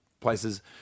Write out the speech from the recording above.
places